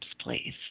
please